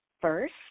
first